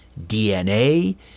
DNA